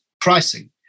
pricing